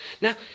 Now